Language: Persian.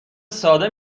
ساده